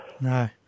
No